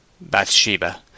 Bathsheba